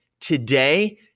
Today